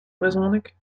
brezhoneg